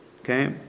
okay